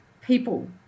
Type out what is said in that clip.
people